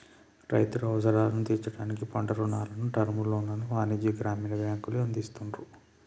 రైతుల అవసరాలను తీర్చడానికి పంట రుణాలను, టర్మ్ లోన్లను వాణిజ్య, గ్రామీణ బ్యాంకులు అందిస్తున్రు